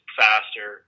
faster